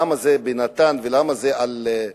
למה זה בנט"ן ולמה זה בניידת?